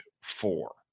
four